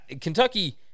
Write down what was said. Kentucky